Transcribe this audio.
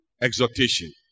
exhortation